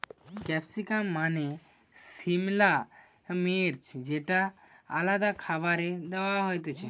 capsicum মানে সিমলা মির্চ যেটা আলাদা খাবারে দেয়া হতিছে